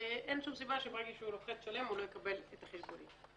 לא יקבל את החשבונית ברגע שהוא משלם.